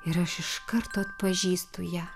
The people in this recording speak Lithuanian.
ir aš iš karto atpažįstu ją